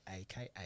aka